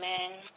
Amen